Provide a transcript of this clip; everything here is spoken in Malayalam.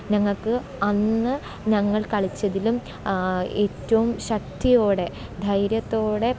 ഞങ്ങൾക്ക് അന്ന് ഞങ്ങള് കളിച്ചതിലും ഏറ്റവും ശക്തിയോടെ ധൈര്യത്തോടെ